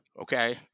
Okay